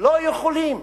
לא יכולים.